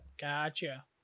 Gotcha